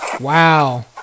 Wow